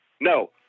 No